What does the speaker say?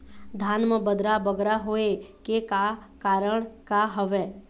धान म बदरा बगरा होय के का कारण का हवए?